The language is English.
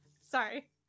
Sorry